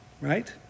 Right